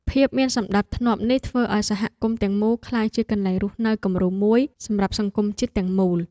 ភាពមានសណ្តាប់ធ្នាប់នេះធ្វើឱ្យសហគមន៍ទាំងមូលក្លាយជាកន្លែងរស់នៅគំរូមួយសម្រាប់សង្គមជាតិទាំងមូល។